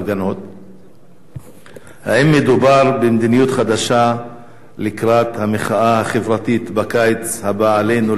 3. האם מדובר במדיניות חדשה לקראת המחאה החברתית בקיץ הבא עלינו לטובה?